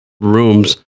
rooms